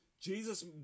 Jesus